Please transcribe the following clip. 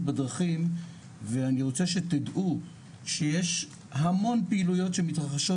בדרכים ואני רוצה שתדעו שיש המון פעילויות שמתרחשות